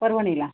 परभणीला